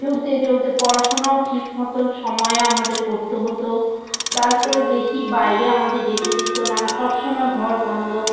চলতে চলতে পড়াশোনাও ঠিক মতন সময়ে আমাদের করতে হতো তারপরে বেশি বাইরে আমাদের যেতে দিতো না সবসময় ঘর বন্ধ